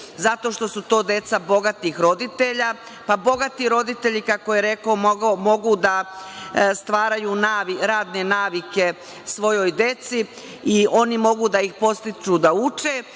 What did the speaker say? zato što su to deca bogatih roditelja, pa bogati roditelji, kako je rekao, mogu da stvaraju radne navike svojoj deci i oni mogu da ih podstiču da uče,